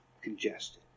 congested